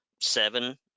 seven